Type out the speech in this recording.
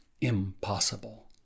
impossible